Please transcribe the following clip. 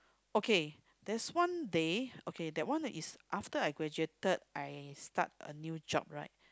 okay that's one day okay that one is after I graduated I start a new job right